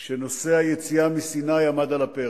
כשנושא היציאה מסיני עמד על הפרק,